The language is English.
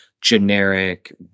generic